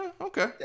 Okay